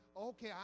okay